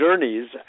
journeys